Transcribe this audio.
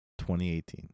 2018